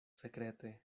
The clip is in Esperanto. sekrete